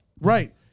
Right